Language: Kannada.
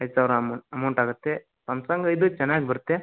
ಐದು ಸಾವಿರ ಅಮೌಂಟ್ ಆಗುತ್ತೆ ಸಂಸಂಗ್ ಇದು ಚೆನ್ನಾಗಿ ಬರುತ್ತೆ